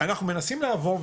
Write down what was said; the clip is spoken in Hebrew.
אנחנו מנסים לעבור,